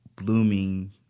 blooming